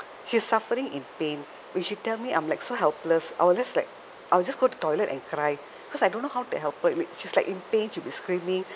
she's suffering in pain when she tell me I'm like so helpless I will just like I will just go to toilet and cry because I don't know how to help her with she's like in pain she'll be screaming